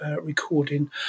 recording